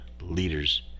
leaders